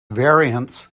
variants